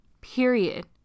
period